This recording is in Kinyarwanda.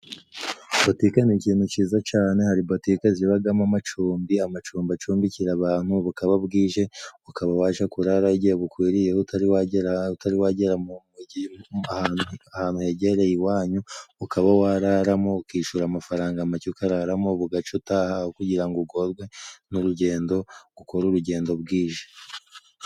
Butike ni ikintu cyiza cane， hari botike zibagamo amacumbi，amacumbi acumbikira abantu，bukaba bwije， ukaba waja kurarayo igihe bukwiriyeho， utari wagera ahantu hegereye iwanyu，ukaba wararamo ukishura amafaranga make， ukararamo bugaca utaha aho kugira ngo ugorwe n'urugendo， ukora urugendo bwije.